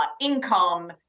income